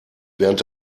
während